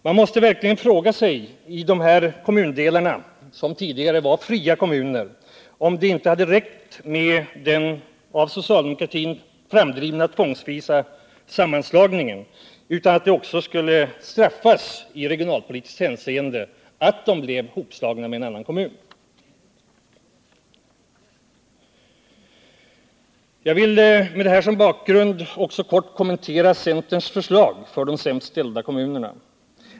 Man måste verkligen fråga sig i de här kommundelarna, som tidigare var fria kommuner, om det inte hade räckt med den av socialdemokratin framdrivna tvångsvisa sammanslagningen utan att de också skulle straffas i regionalpolitiskt hänseende för att de blev ihopslagna med en annan kommun. Jag vill med detta som bakgrund också kort kommentera centerns förslag för de sämst ställda kommunerna.